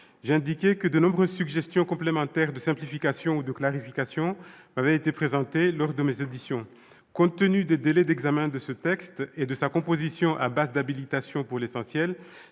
j'ai indiqué que de nombreuses suggestions complémentaires de simplification ou de clarification m'avaient été présentées lors de mes auditions. Compte tenu des délais d'examen de ce texte et de sa composition à base, pour l'essentiel,